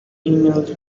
emails